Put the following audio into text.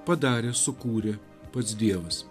padarė sukūrė pats dievas